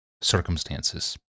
circumstances